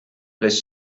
les